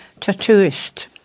tattooist